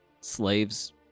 slaves